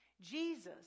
Jesus